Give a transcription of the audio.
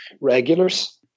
regulars